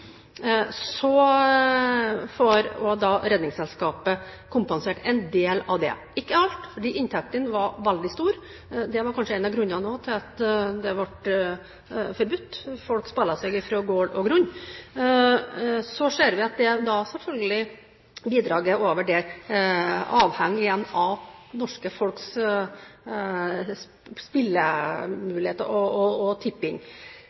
får også Redningsselskapet kompensert en del – ikke alt, fordi inntektene var veldig store. Det var kanskje også en av grunnene til at det ble forbudt. Folk spilte seg fra gård og grunn. Så ser vi at bidraget over det selvfølgelig igjen avhenger av det norske folks spillemuligheter og tipping.